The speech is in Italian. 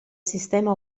sistema